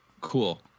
Cool